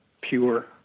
pure